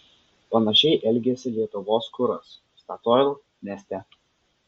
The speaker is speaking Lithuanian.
panašiai elgėsi lietuvos kuras statoil neste